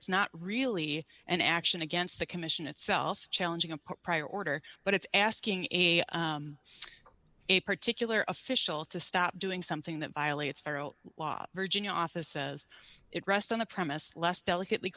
it's not really an action against the commission itself challenging a prior order but it's asking a a particular official to stop doing something that violates federal law virginia office says it rests on a premise less delicately